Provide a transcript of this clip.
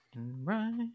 right